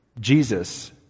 Jesus